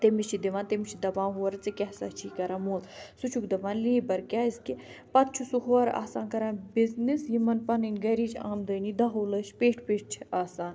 تٔمِس چھِ دِوان تٔمِس چھِ دَپان ہورٕ ژٕےٚ کیاہ سا چھُے کَران موٚل سُہ چھُکھ دَپان لیبَر کیازکہِ پَتہٕ چھُ سُہ ہورٕ آسان کَران بِزنیٚس یِمَن پَنٕنۍ گَھرِچ آمدنی دٔہ وُہ لٔچھ پٮ۪ٹھۍ پٮ۪ٹھۍ چھِ آسان